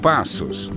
Passos